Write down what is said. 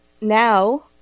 now